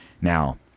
now